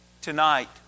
Tonight